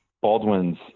Baldwin's